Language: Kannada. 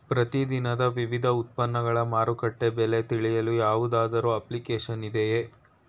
ಪ್ರತಿ ದಿನದ ವಿವಿಧ ಉತ್ಪನ್ನಗಳ ಮಾರುಕಟ್ಟೆ ಬೆಲೆ ತಿಳಿಯಲು ಯಾವುದಾದರು ಅಪ್ಲಿಕೇಶನ್ ಇದೆಯೇ?